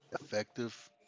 effective